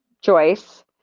Joyce